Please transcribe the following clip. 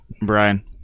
Brian